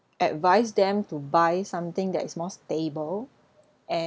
advise them to buy something that is more stable